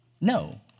No